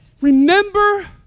remember